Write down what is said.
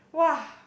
wah